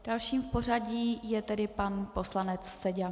Dalším v pořadí je tedy pan poslanec Seďa.